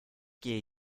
gehe